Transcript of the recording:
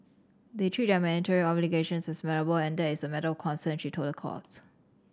they treat their mandatory obligations as malleable and that is a matter of concern she told the court